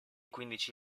quindici